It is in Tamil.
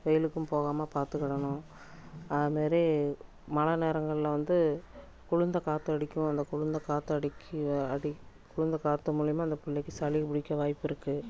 வெயிலுக்கும் போகாமல் பார்த்துக்கிடணும் அதுமாரி மழை நேரங்களில் வந்து குளிர்ந்த காற்று அடிக்கும் அந்த குளிர்ந்த காற்று அடிக்கு அடி குளிர்ந்த காற்று மூலிமா அந்த பிள்ளைக்கு சளி பிடிக்க வாய்ப்பு இருக்குது